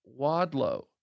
Wadlow